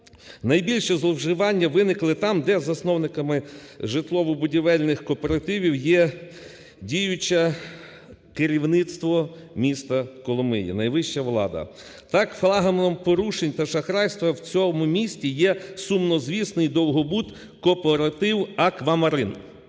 Найбільші зловживання виникли там, де засновниками житлово-будівельних кооперативів є діюче керівництво міста Коломия, найвища влада. Так флагманом порушень та шахрайства в цьому місті є сумнозвісний довгобуд кооператив "Аквамарин".